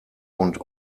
und